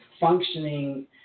functioning